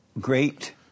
great